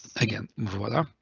again, voila.